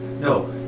No